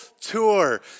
Tour